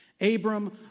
Abram